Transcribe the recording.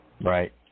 Right